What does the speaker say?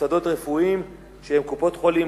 מוסדות רפואיים שהם קופות-חולים,